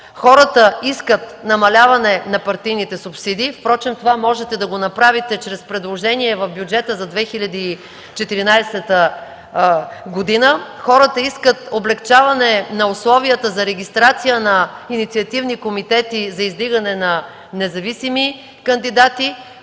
Хората искат намаляване на партийните субсидии, впрочем това можете да го направите чрез предложения в бюджета за 2014 г., хората искат облекчаване на условията за регистрация на инициативни комитети за издигане на независими кандидати,